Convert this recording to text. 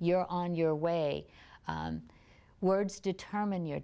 you're on your way words determine your